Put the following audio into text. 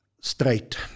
straight